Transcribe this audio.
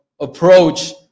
approach